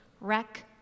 wreck